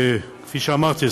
כפי שאמרתי,